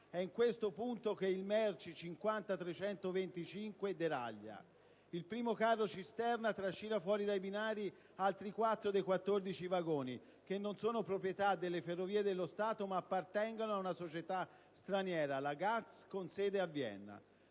È in questo punto che il merci 50325 deraglia. Il primo carro cisterna trascina fuori dai binari altri quattro dei 14 vagoni che non sono proprietà delle Ferrovie dello Stato, ma appartengono a una società straniera, la Gatx con sede a Vienna.